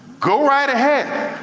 go right ahead.